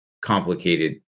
complicated